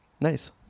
Nice